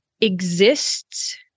exists